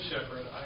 shepherd